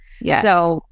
Yes